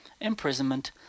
imprisonment